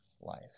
life